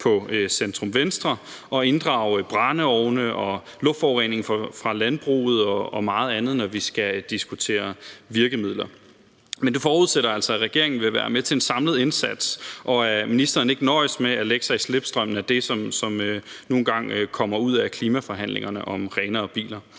i centrum-venstre, og vi kan inddrage brændeovne og luftforurening fra landbruget og meget andet, når vi skal diskutere virkemidler. Men det forudsætter altså, at regeringen vil være med til en samlet indsats, og at ministeren ikke nøjes med at lægge sig i slipstrømmen af det, som nu engang kommer ud af klimaforhandlingerne om renere biler.